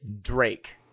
Drake